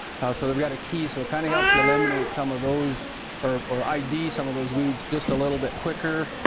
so they've got a key so it kind of helps you eliminate some of those or id some of those weeds just a little bit quicker.